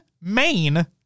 main